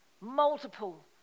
multiple